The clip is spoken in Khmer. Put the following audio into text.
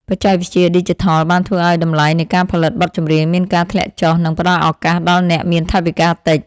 បច្ចេកវិទ្យាឌីជីថលបានធ្វើឱ្យតម្លៃនៃការផលិតបទចម្រៀងមានការធ្លាក់ចុះ និង ផ្ដល់ឱកាសដល់អ្នកមានថវិកាតិច។